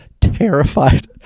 terrified